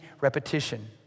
repetition